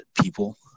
people